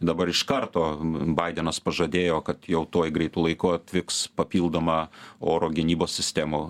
dabar iš karto baidenas pažadėjo kad jau tuoj greitu laiku atvyks papildoma oro gynybos sistemų